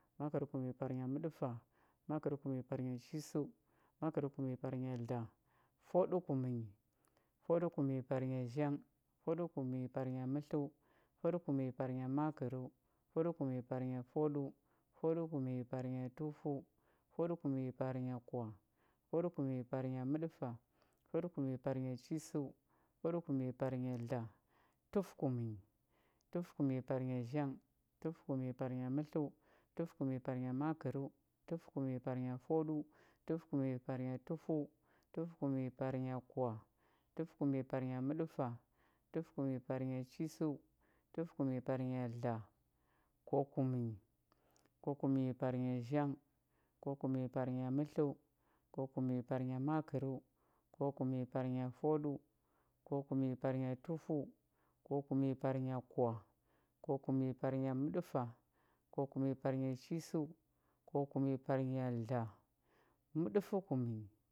Makərkumnyi parnya məɗəfa makərkumnyi parnya hisəu makərkumnyi parnya dləa fwaɗəkumnyi fwaɗəkumnyi parnya zhang fwaɗəkumnyi parnya mətləu fwaɗəkumnyi parnya makərəu fwaɗəkumnyi parnya fwaɗəu fwaɗəkumnyi parnya tufəu fwaɗəkumnyi parnya kwah fwaɗəkumnyi parnya məɗəfa fwaɗəkumnyi parnya chisəu fwaɗəkumnyi parnya dləa tufəkumnyi tufəkumnyi parnya zhang tufəkumnyi parnya mətləu tufəkumnyi parnya makərəu tufəkumnyi parnya fwaɗəu tufəkumnyi parnya tufəu tufəkumnyi parnya kwah tufəkumnyi parnya məɗəfa tufəkumnyi parnya chisəu tufəkumnyi parnya dləa kwahkumnyi kwahkumnyi parnya zhang kwahkumnyi parnya mətləu kwahkumnyi parnya makərəu kwahkumnyi parnya fwaɗəu kwahkumnyi parnya tufəu kwahkumnyi parnya kwah kwahkumnyi parnya məɗəfa kwahkumnyi parnya chisəu kwahkumnyi parnya dləa məɗəfəkumnyi